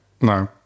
No